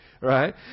Right